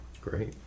Great